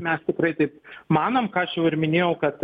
mes tikrai taip manom ką aš jau ir minėjau kad